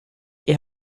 est